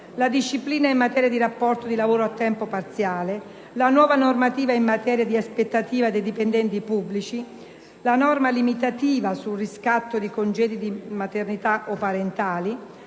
la disciplina in materia di rapporto di lavoro a tempo parziale; la nuova normativa in materia di aspettativa dei dipendenti pubblici; la norma limitativa sul riscatto dei congedi di maternità o parentali;